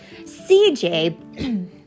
Cj